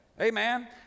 Amen